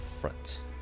Front